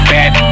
Bad